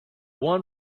one